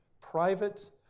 private